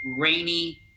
rainy